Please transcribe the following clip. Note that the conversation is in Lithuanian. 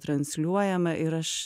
transliuojama ir aš